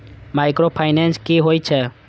Micro finance कि होई छै?